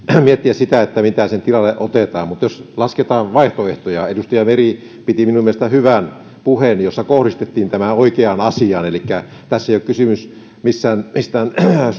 miettiä sitä mitä sen tilalle otetaan mutta jos lasketaan vaihtoehtoja edustaja meri piti minun mielestäni hyvän puheen jossa kohdistettiin tämä oikeaan asiaan elikkä tässä ei ole kysymys mistään mistään